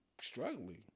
struggling